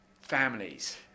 families